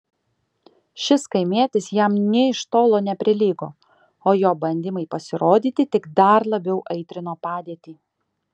šis kaimietis jam nė iš tolo neprilygo o jo bandymai pasirodyti tik dar labiau aitrino padėtį